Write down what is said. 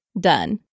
Done